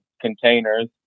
containers